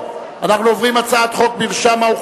אני קובע שהצעת החוק של רוברט טיבייב עברה לוועדת העבודה,